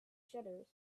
shutters